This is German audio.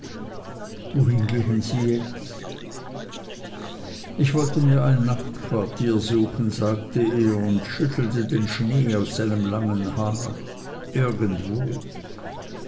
wohin gehen sie jetzt ich wollte mir ein nachtquartier suchen sagte er und schüttelte den schnee aus seinem langen haar irgendwo